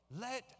Let